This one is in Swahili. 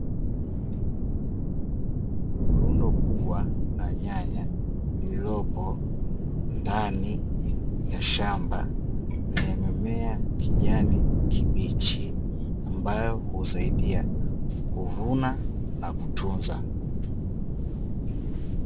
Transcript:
Rundo kubwa la nyanya lililopo ndani ya shamba lenye mimea ya kijani kibichi, ambayo husaidia kuvuna na kutunza.